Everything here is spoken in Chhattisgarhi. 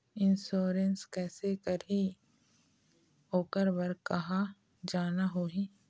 इंश्योरेंस कैसे करही, ओकर बर कहा जाना होही?